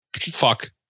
fuck